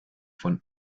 von